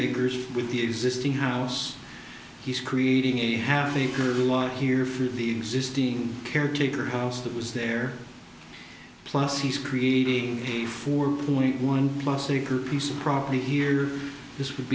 acres with the existing house he's creating a half acre lot here for the existing caretaker house that was there plus he's creating a four point one plus acre piece of property here this would